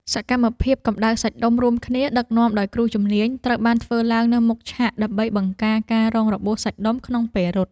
សកម្មភាពកម្ដៅសាច់ដុំរួមគ្នាដឹកនាំដោយគ្រូជំនាញ ត្រូវបានធ្វើឡើងនៅមុខឆាក ដើម្បីបង្ការការរងរបួសសាច់ដុំក្នុងពេលរត់។